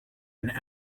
and